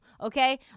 okay